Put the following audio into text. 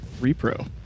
Repro